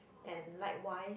and likewise